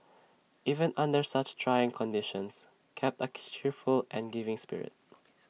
even under such trying conditions kept A cheerful and giving spirit